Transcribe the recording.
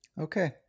Okay